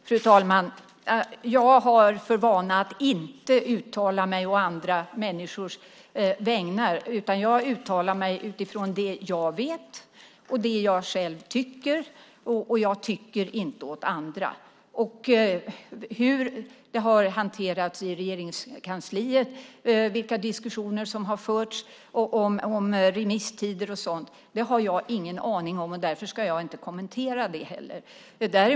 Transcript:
Fru talman! Jag har för vana att inte uttala mig å andra människors vägnar. Jag uttalar mig utifrån det jag vet och det jag själv tycker. Jag tycker inte åt andra. Hur det har hanterats i Regeringskansliet, vilka diskussioner som har förts om remisstider och sådant har jag ingen aning om. Därför ska jag inte kommentera det.